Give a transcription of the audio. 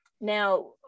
now